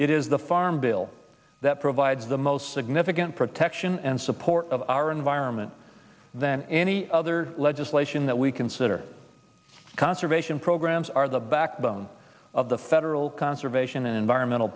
it is the farm bill that provides the most significant protection and support of our environment than any other legislation that we consider conservation programs are the backbone of the federal conservation environmental